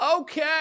Okay